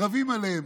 רבים עליהם,